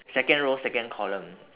second row second column